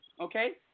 Okay